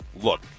look